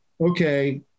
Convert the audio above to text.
okay